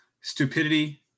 stupidity